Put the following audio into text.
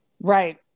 Right